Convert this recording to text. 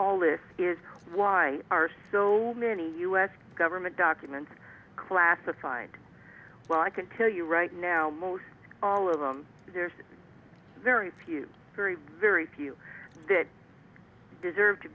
all this is why are so many u s government documents classified well i can tell you right now most all of them there's very few very very few that deserved to